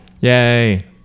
yay